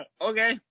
Okay